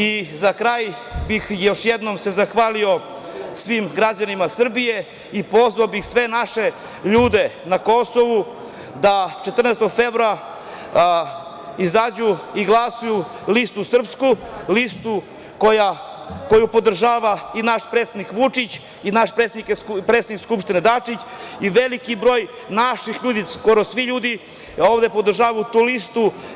I za kraj bih se još jednom zahvalio svim građanima Srbije i pozvao bih sve naše ljude na Kosovu da 14. februara izađu i glasaju za Srpsku listu, listu koju podržava i naš predsednik Vučić i naš predsednik Skupštine Dačić i veliki broj naših ljudi, skoro svi ljudi ovde podržavaju tu listu.